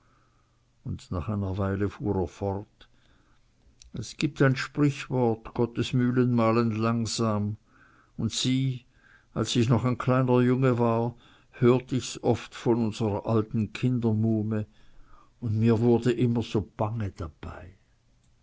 und nach einer weile fuhr er fort es gibt ein sprichwort gottes mühlen mahlen langsam und sieh als ich noch ein kleiner junge war hört ich's oft von unserer alten kindermuhme und mir wurd immer so bange dabei